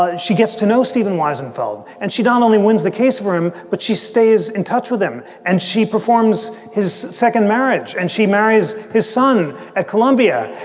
ah she gets to know stephen weisenfeld and she not only wins the case for him, but she stays in touch with him and she performs his second marriage and she marries his son at columbia.